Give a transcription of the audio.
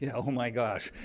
yeah oh my gosh.